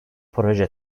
proje